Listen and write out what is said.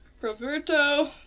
Roberto